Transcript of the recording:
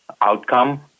outcome